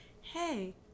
hey